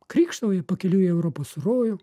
krykštauja pakeliui į europos rojų